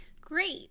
Great